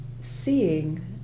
seeing